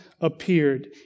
appeared